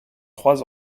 trois